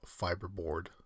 fiberboard